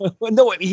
no